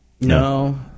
No